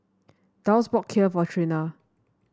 Dulce bought Kheer for Trena